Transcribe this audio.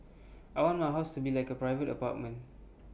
I want my house to be like A private apartment